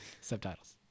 Subtitles